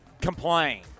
complain